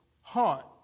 heart